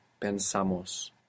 Pensamos